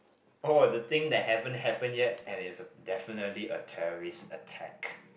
oh the thing that haven't happened yet and is definitely a terrorist attack